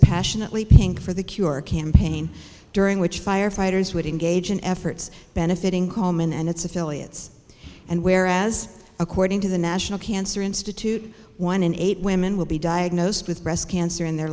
passionately pink for the cure campaign during which firefighters would engage in efforts benefiting kallman and its affiliates and where as according to the national cancer institute one in eight women will be diagnosed with breast cancer in their